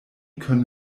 können